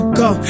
go